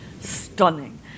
stunning